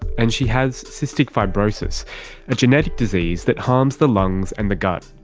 and she has cystic fibrosis, a genetic disease that harms the lungs and the gut.